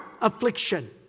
affliction